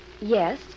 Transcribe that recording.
Yes